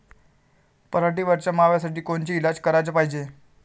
पराटीवरच्या माव्यासाठी कोनचे इलाज कराच पायजे?